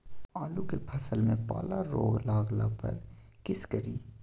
आलू के फसल मे पाला रोग लागला पर कीशकरि?